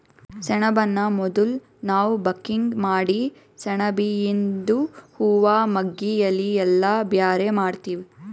ಸೆಣಬನ್ನ ಮೊದುಲ್ ನಾವ್ ಬಕಿಂಗ್ ಮಾಡಿ ಸೆಣಬಿಯಿಂದು ಹೂವಾ ಮಗ್ಗಿ ಎಲಿ ಎಲ್ಲಾ ಬ್ಯಾರೆ ಮಾಡ್ತೀವಿ